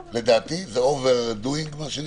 זה יותר מדי.